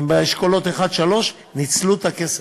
הם באשכולות 1 3, ניצלו את הכסף.